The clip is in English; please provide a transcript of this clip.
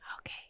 Okay